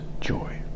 joy